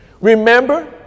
remember